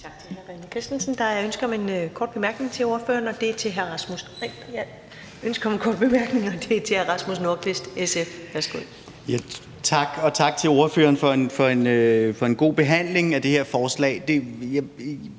Tak til hr. René Christensen. Der er ønske om en kort bemærkning til ordføreren, og det er fra hr. Rasmus Nordqvist, SF. Værsgo. Kl. 15:17 Rasmus Nordqvist (SF): Tak, og tak til ordføreren for en god behandling af det her forslag.